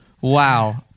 Wow